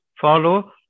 follow